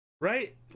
Right